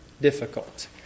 difficult